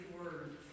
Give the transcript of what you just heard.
words